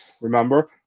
remember